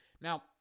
Now